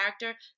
character